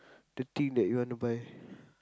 the thing that you want to buy